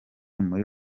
muri